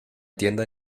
tiendas